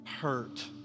hurt